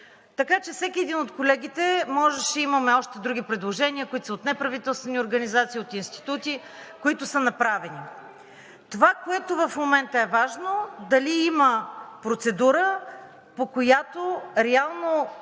Така че всеки един от колегите можеше – имаме още други предложения, които са от неправителствени организации, от институти, които са направени. Това, което в момента е важно – дали има процедура, по която реално,